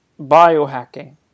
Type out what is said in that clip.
biohacking